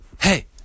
hey